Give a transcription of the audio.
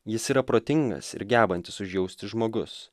jis yra protingas ir gebantis užjausti žmogus